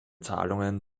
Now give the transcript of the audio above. zahlungen